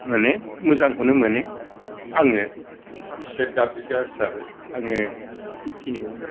मोनो मोजांखौनो मोनो आङो इसोर गाब्रिग्रा हिसाबै आङो बिखिनिखौनो